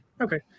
Okay